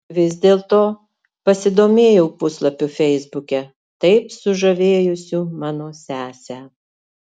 vis dėlto pasidomėjau puslapiu feisbuke taip sužavėjusiu mano sesę